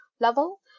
level